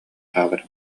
хаалар